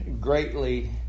greatly